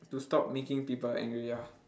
to stop making people angry ah